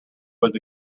was